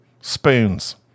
spoons